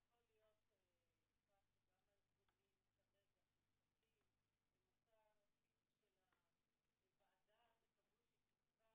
להיות שגם הארגונים כרגע שמחכים למוצא פיה של הוועדה שקבעו שתקבע